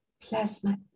plasma